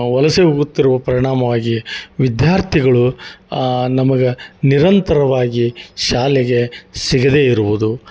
ವಲಸೆ ಹೋಗುತ್ತಿರುವ ಪರಿಣಾಮವಾಗಿ ವಿದ್ಯಾರ್ಥಿಗಳು ನಮ್ಗೆ ನಿರಂತರವಾಗಿ ಶಾಲೆಗೆ ಸಿಗದೇ ಇರುವುದು